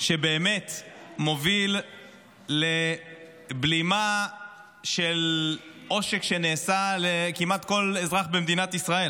שבאמת מוביל לבלימה של עושק שנעשה כמעט לכל אזרח במדינת ישראל.